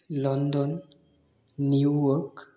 London New York